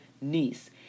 niece